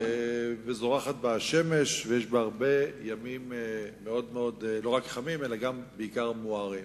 וזורחת בה השמש ויש בה הרבה ימים לא רק חמים אלא בעיקר מוארים.